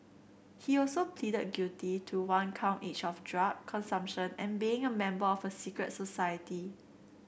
he also pleaded guilty to one count each of drug consumption and being a member of a secret society